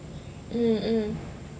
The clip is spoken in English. mm mm